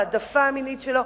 ההעדפה המינית שלו,